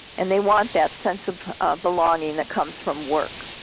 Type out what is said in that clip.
and they want that sense of belonging that comes from work.